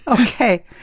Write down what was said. Okay